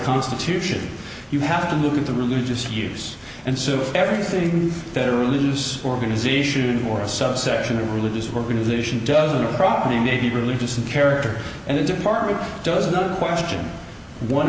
constitution you have to look at the religious figures and so everything that a religious organization or a subsection or religious organization does on your property may be religious in character and the department does a good question one